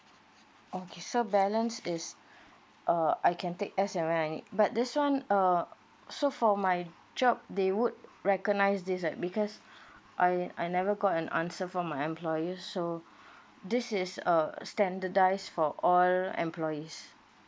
okay so balance is uh I can take as and when I need but this one uh so for my job they would recognise this right because I I never got an answer from my employer so this is a standardised for all employees